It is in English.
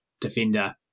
defender